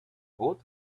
got